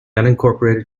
unincorporated